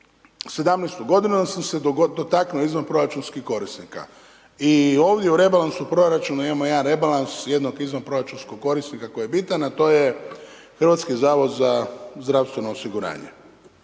2017. g., onda se dotaknuo izvanproračunskih korisnika i ovdje u rebalansu proračuna imamo jedan rebalans jednog izvanproračunskog korisnika koji je bitan a to je HZZO. I ponavljam, bez obzira